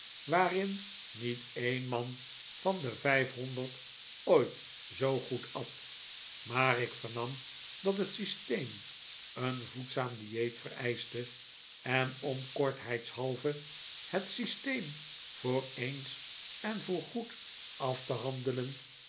waarin niet een man van de vijfhonderd ooit zoo goed at maar ik vernam dat het systeem een voedzaam dieet vereischte en om kortheidshalve het systeem voor eens en voorgoed af te handelen